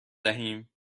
دهیم